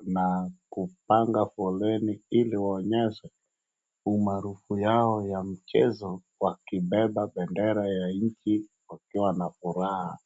na kupanga foleni ili waonyeshe umaarufu yao ya mchezo wakibeba bendera ya nchi wakiwa na furaha.